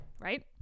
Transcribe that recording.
Right